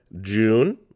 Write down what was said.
June